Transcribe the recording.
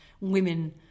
women